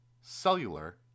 cellular